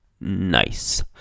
Nice